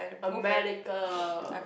America